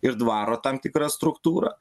ir dvaro tam tikra struktūra